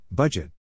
Budget